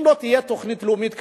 אם לא תהיה תוכנית לאומית כזאת,